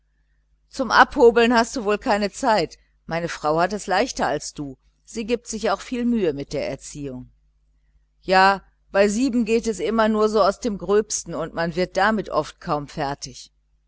zum abhobeln hast du wohl keine zeit meine frau hat es leichter als du sie gibt sich auch viel mühe mit der erziehung ja bei sieben geht es immer nur so aus dem gröbsten und man wird damit oft kaum fertig